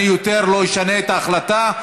אני יותר לא אשנה את ההחלטה.